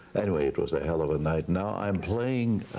anyway it was a hell of a night. now i'm playing,